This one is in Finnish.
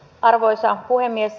arvoisa puhemies